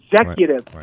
executive